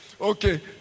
okay